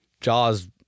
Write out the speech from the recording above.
JAWS